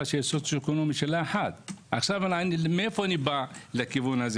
שהסוציו אקונומי שלה 1. מאיפה אני בא לכיוון הזה